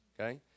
okay